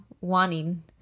wanting